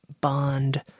bond